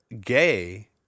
gay